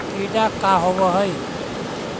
टीडा का होव हैं?